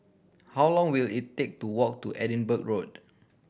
how long will it take to walk to Edinburgh Road